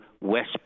West